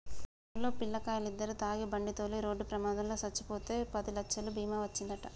మన వూల్లో పిల్లకాయలిద్దరు తాగి బండితోలి రోడ్డు ప్రమాదంలో సచ్చిపోతే పదిలచ్చలు బీమా ఒచ్చిందంట